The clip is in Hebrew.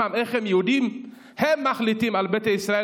איך הם יהודים הם שמחליטים על ביתא ישראל,